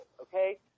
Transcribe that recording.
okay